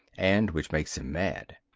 and which makes him mad.